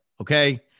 okay